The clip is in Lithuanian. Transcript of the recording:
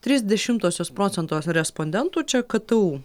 trys dešimtosios procento respondentų čia ktu